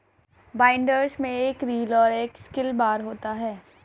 binders में एक reel और एक सिकल बार होता है